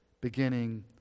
beginning